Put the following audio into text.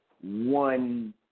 one